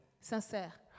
Sincère